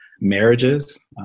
marriages